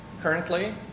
currently